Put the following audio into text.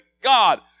God